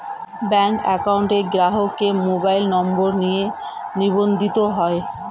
bank account গ্রাহকের mobile number দিয়ে নিবন্ধিত হয়